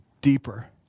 deeper